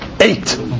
Eight